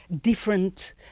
different